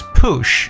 push